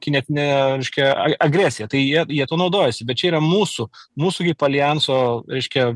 kinetinė reiškia a agresija tai jie jie tuo naudojasi bet čia yra mūsų mūsų kaip alijanso reiškia